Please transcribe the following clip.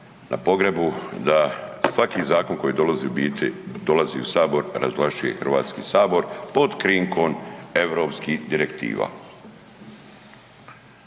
na pogrebu, da svaki zakon koji dolazi u biti dolazi u sabor razvlašćuje Hrvatski sabor pod krinkom europskih direktiva.